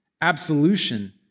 absolution